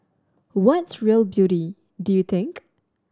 what's real beauty do you think